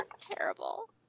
Terrible